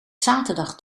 zaterdag